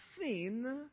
seen